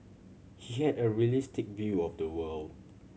he had a realistic view of the world